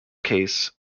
case